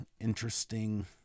interesting